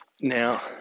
Now